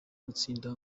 gutsinda